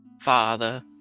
father